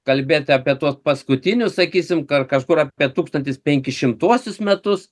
kalbėti apie tuos paskutinius sakysim kar kažkur apie tūkstantis penkišimtuosius metus